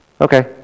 okay